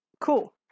Cool